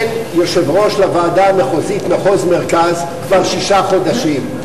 אין יושב-ראש לוועדה המחוזית מחוז מרכז כבר שישה חודשים.